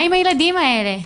מה עם הילדים האלה?